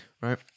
right